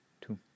two